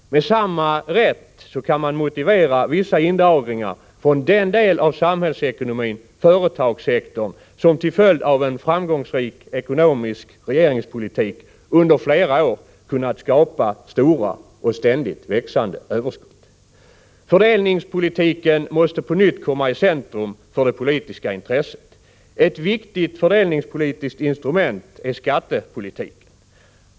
Med samma rätt kan man motivera vissa indragningar från den del av samhällsekonomin, företagssektorn, som till följd av en framgångsrik ekonomisk politik under flera år kunnat skapa stora och ständigt växande överskott. Fördelningspolitiken måste på nytt komma i centrum för det politiska intresset. Ett viktigt fördelningspolitiskt instrument är skattepolitiken.